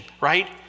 right